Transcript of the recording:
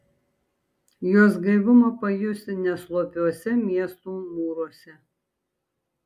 jos gaivumą pajusi ne slopiuose miestų mūruose